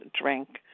drink